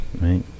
Right